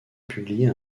publier